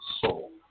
soul